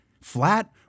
flat